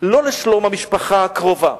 ולא לשלום המשפחה הקרובה